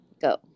Go